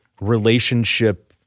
relationship